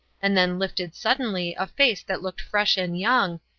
and then lifted suddenly a face that looked fresh and young,